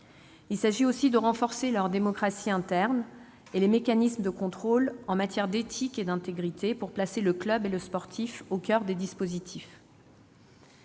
Il convient aussi de renforcer leur démocratie interne et les mécanismes de contrôle en matière d'éthique et d'intégrité, pour placer le club et le sportif au coeur des dispositifs.